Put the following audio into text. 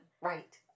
Right